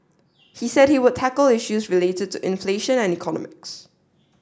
he said he would tackle issues related to inflation and economics